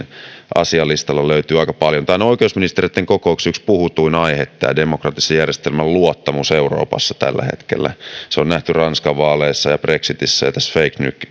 asialistalla löytyy aika paljon tämä on oikeusministereitten kokouksissa yksi puhutuin aihe demokraattisen järjestelmän luottamus euroopassa tällä hetkellä se on nähty ranskan vaaleissa ja brexitissä ja tässä